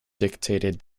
dictated